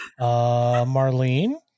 Marlene